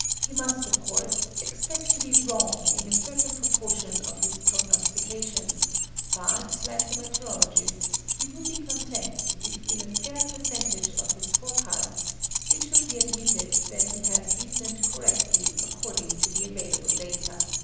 he must, of course, expect to be wrong in a certain proportion of his prognostications but, like the meteorologists, he will be content if in a fair percentage of his forecasts it should be admitted that he has reasoned correctly according to the available data.